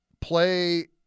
play